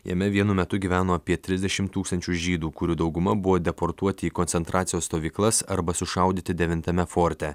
jame vienu metu gyveno apie trisdešim tūkstančių žydų kurių dauguma buvo deportuoti į koncentracijos stovyklas arba sušaudyti devintame forte